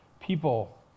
people